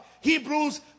Hebrews